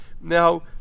Now